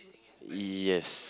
yes